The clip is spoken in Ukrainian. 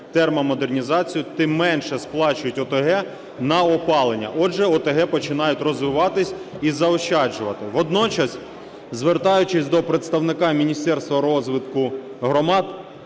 термомодернізацію, тим менше сплачують ОТГ на опалення. Отже, ОТГ починають розвиватись і заощаджувати. Водночас, звертаючись до представника Міністерства розвитку громад,